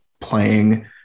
playing